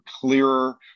clearer